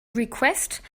request